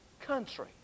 country